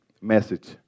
Message